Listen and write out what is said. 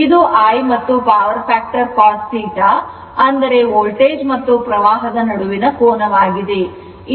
ಇದು I ಮತ್ತು power factor cos θ ಅಂದರೆ ವೋಲ್ಟೇಜ್ ಮತ್ತು ಪ್ರವಾಹದ ನಡುವಿನ ಕೋನ ಆಗಿದೆ